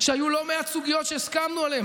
שהיו לא מעט סוגיות שהסכמנו עליהן.